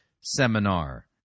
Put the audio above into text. seminar